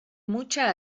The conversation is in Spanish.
mucha